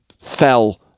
fell